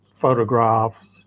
photographs